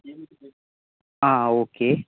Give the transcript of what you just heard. ആ ഓക്കേ